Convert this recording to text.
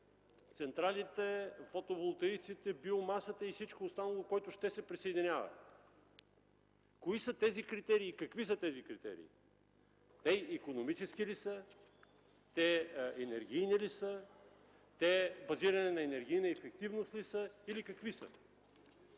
централите, фотоволтаиците, биомасата и всичко останало, което ще се присъединява? Кои са и какви са тези критерии? Те икономически ли са? Те енергийни ли са? Те базирани на енергийна ефективност ли са, или какви са?